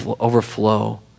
overflow